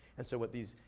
and so what these,